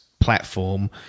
platform